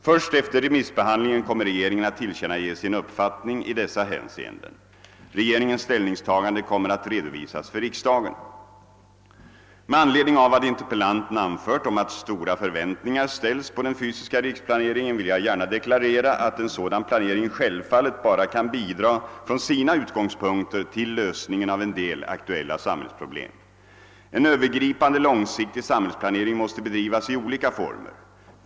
Först efter remissbehandlingen kommer regeringen att tillkännage sin uppfattning i dessa hänseenden. Regeringens ställningstagande kommer att redovisas för riksdagen. Med anledning av vad interpellanten anfört om att stora förväntningar ställs på den fysiska riksplaneringen vill jag gärna deklarera att en sådan planering självfallet bara kan bidra från sina utgångspunkter till lösningen av en del aktuella samhällsproblem. En övergripande, långsiktig samhällsplanering mäste bedrivas i olika former.